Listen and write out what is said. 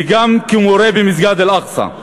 וגם כמורה במסגד אל-אקצא.